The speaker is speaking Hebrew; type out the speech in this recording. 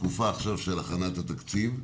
בתקופה של הכנת התקציב עכשיו,